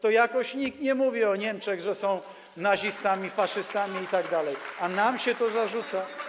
to jakoś nikt nie mówi o Niemczech, że są nazistami, faszystami itd., a nam się to zarzuca.